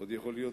עוד יכול להיות,